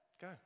Go